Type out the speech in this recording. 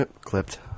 Clipped